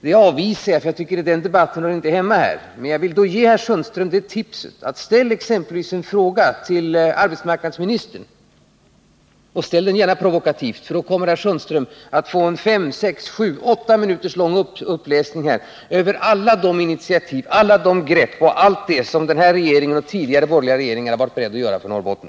Jag avvisar det påståendet, för jag tycker inte att den debatten hör hemma här. Men jag vill ge herr Sundström ett tips: Ställ exempelvis en fråga till arbetsmarknadsministern, och ställ den gärna provokativt, för då kommer herr Sundström att få en 6-7-8 minuters lång uppläsning här av alla de initiativ och allt det som den här regeringen och tidigare borgerliga regeringar varit beredda att göra för Norrbotten.